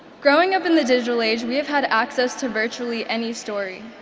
growing up in the digital age we have had access to virtually any story.